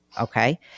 okay